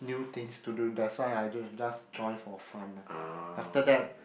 new things to do that's why I j~ just join for fun lah after that